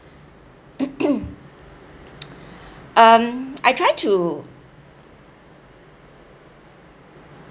um I tried to